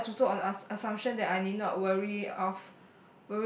but that also ass~ the assumption that I need not worry of